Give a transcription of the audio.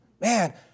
man